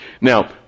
Now